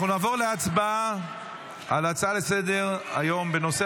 אנחנו נעבור להצבעה על ההצעה לסדר-היום בנושא